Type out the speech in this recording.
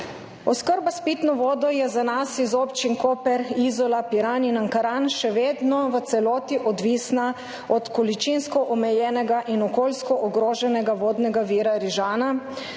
Oskrba s pitno vodo je za nas iz občin Koper, Izola, Piran in Ankaran še vedno v celoti odvisna od količinsko omejenega in okoljsko ogroženega vodnega vira Rižana